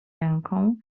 ręką